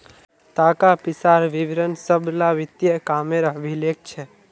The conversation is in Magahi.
ताका पिसार विवरण सब ला वित्तिय कामेर अभिलेख छे